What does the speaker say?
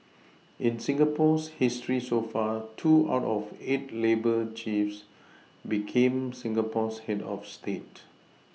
in Singapore's history so far two out of eight labour chiefs became Singapore's head of state